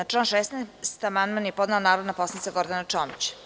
Na član 16. amandman je podnela narodna poslanica Gordana Čomić.